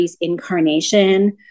incarnation